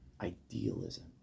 Idealism